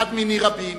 אחד מני רבים